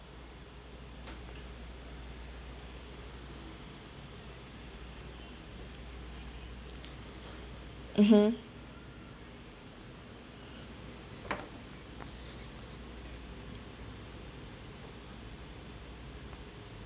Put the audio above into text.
mmhmm